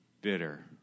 Bitter